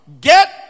Get